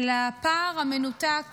לפער המנותק